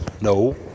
No